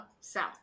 south